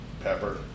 pepper